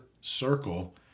circle